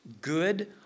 good